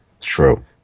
True